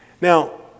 Now